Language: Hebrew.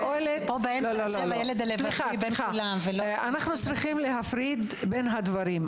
אנחנו צריכים להפריד בין הדברים.